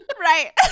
Right